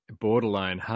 borderline